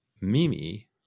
mimi